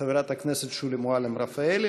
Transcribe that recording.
חברת הכנסת שולי מועלם-רפאלי.